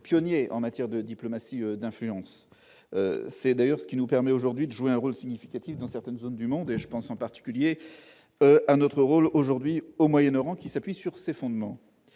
pionniers en matière de diplomatie d'influence. C'est d'ailleurs ce qui nous permet aujourd'hui de jouer un rôle important dans certaines zones du monde ; je pense en particulier au rôle que nous jouons aujourd'hui au Moyen-Orient, qui s'appuie sur ces fondements.